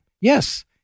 Yes